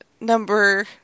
Number